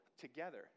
together